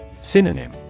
Synonym